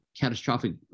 catastrophic